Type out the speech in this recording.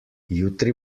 jutri